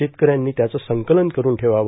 शेतकऱ्यांनी त्याचे संकलन करून ठेवावे